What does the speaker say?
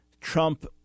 Trump